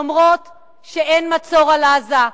למרות שאין מצור על עזה,